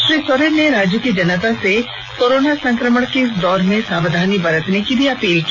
श्री सोरेन ने राज्य की जनता से कोरोना संक्रमण के इस दौर में सावधानी बरतने की भी अपील की